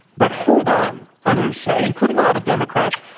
but hold on, others say, including a lot of democrats.